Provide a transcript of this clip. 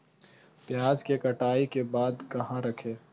प्याज के कटाई के बाद कहा रखें?